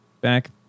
back